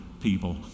people